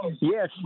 Yes